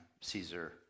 Caesar